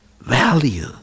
value